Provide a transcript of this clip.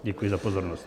Děkuji za pozornost.